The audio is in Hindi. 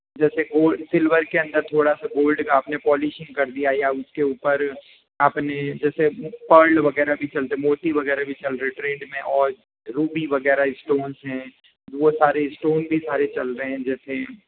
जैसे गोल्ड सिल्वर के अंदर थोड़ा सा गोल्ड का आपने पॉलिशिंग कर दिया या उसके ऊपर आपने जैसे वो पर्ल वगैरह भी चल रहे है मोती वगैरह भी चल रहे है ट्रेंड में और रूबी वगैरह स्टोन्स हैं वो सारे स्टोन भी सारे चल रहे हैं जैसे